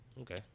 Okay